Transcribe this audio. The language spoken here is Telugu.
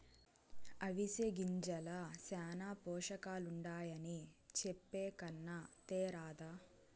అవిసె గింజల్ల శానా పోసకాలుండాయని చెప్పే కన్నా తేరాదా